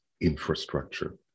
infrastructure